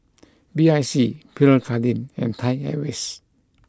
B I C Pierre Cardin and Thai Airways